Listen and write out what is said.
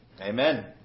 Amen